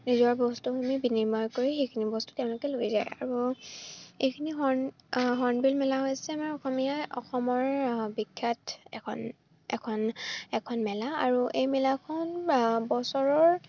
নিজৰ বস্তুখিনি বিনিময় কৰি সেইখিনি বস্তু তেওঁলোকে লৈ যায় আৰু এইখিনি হৰ্ণ হৰ্ণবিল মেলা হৈছে আমাৰ অসমীয়াই অসমৰ বিখ্যাত এখন এখন এখন মেলা আৰু এই মেলাখন বছৰৰ